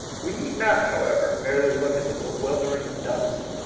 we need not, however, merely look at the bewildering dust,